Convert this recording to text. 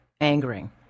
angering